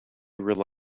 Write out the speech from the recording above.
rely